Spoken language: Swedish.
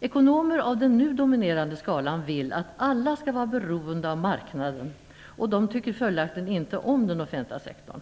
Ekonomer av den nu dominerande skolan vill att alla skall vara beroende av marknaden. De tycker följaktligen inte om den offentliga sektorn.